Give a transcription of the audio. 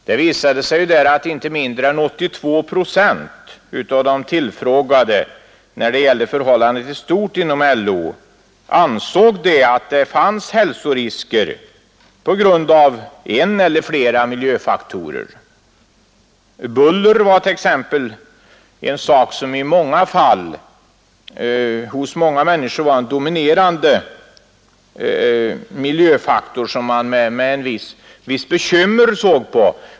Det visade sig där att inte mindre än 82 procent av de tillfrågade när det gällde förhållandet i stort inom LO ansåg att det fanns hälsorisker på grund av en eller flera miljöfaktorer. Buller var t.ex. för många människor en dominerande miljöfaktor som man såg på med ett visst bekymmer.